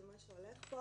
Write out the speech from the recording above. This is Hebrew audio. של מה שהולך פה.